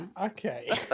Okay